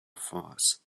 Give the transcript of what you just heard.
force